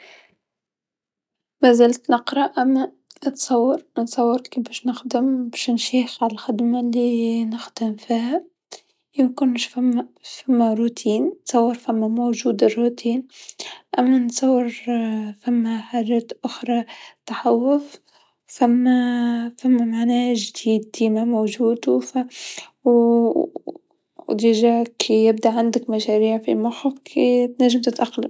مازلت نقرا أما أتصور، أتصور باش نخدم باش نشيخ على الخدمه لي نخدم فيها يمكن مش فما، فما روتين نتصور فما موجود الروتين، أما نتصور فما حاجات أخرى تخوف و فما، فما معناها ج-إهتمام موجود و و أصلا كيبدى عندك مشاريع في مخك تنجم تتأقلم.